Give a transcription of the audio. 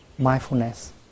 Mindfulness